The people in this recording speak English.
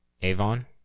Avon